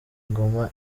ngoma